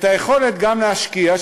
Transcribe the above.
שתהיה היכולת גם להשקיע,